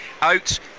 out